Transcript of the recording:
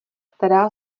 která